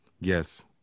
Yes